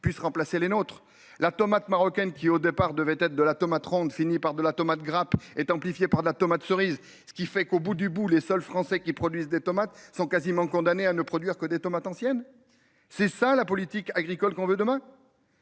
puisse remplacer les nôtres la tomate marocaine qui au départ devait être de la tomate ronde finit par de la tomate grappe est amplifiée par la tomate cerise. Ce qui fait qu'au bout du bout, les seuls Français qui produisent des tomates sont quasiment condamnés à ne produire que des tomates anciennes. C'est ça la politique agricole qu'on veut demain.